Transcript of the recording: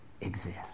exist